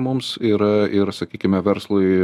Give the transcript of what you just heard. mums ir ir sakykime verslui